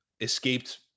Escaped